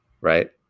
right